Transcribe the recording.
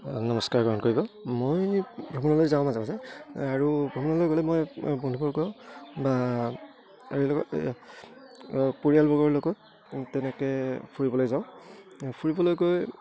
নমস্কাৰ গ্ৰহণ কৰিব মই ভ্ৰমণলৈ যাওঁ মাজে মাজে আৰু ভ্ৰমণলৈ গ'লে মই বন্ধুবৰ্গ বা আৰু লগত পৰিয়ালবৰ্গৰ লগত তেনেকে ফুৰিবলৈ যাওঁ ফুৰিবলৈ গৈ